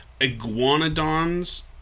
iguanodons